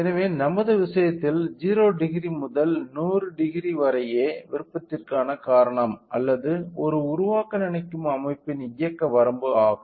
எனவே நமது விஷயத்தில் 00 முதல் 1000 யே விருப்பத்திற்கான காரணம் அல்லது ஒரு உருவாக்க நினைக்கும் அமைப்பின் இயக்க வரம்பு ஆகும்